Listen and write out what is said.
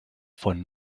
von